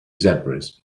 zebras